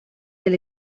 del